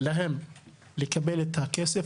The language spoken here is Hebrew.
להם לקבל את הכסף.